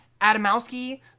Adamowski